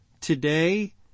Today